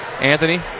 Anthony